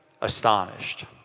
astonished